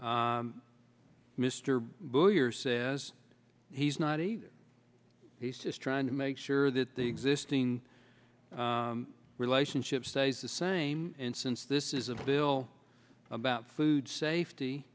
mr bush years says he's not a he's just trying to make sure that the existing relationship stays the same and since this is a bill about food safety